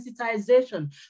sensitization